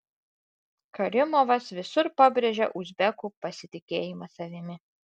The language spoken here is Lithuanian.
karimovas visur pabrėžia uzbekų pasitikėjimą savimi